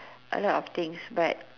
a lot of things but